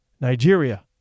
Nigeria